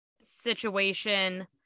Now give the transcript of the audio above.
situation